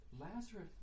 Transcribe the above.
Lazarus